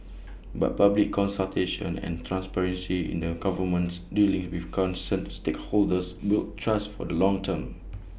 but public consultation and an transparency in the government's dealings with concerned stakeholders build trust for the long term